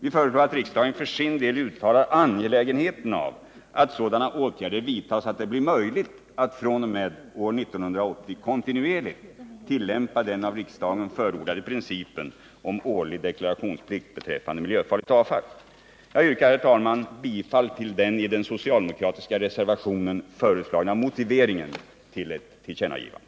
Vi föreslår att riksdagen för sin del uttalar angelägenheten av att sådana åtgärder vidtas att det bli möjligt att fr.o.m. år 1980 kontinuerligt tillämpa den av riksdagen förordade principen om årlig deklarationsplikt beträffande miljöfarligt avfall. Jag yrkar, herr talman, bifall till den i den socialdemokratiska reservationen föreslagna motiveringen till ett tillkännagivande.